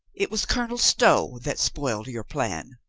it was colonel stow that spoiled your plan.